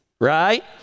right